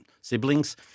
siblings